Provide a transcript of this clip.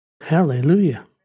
Hallelujah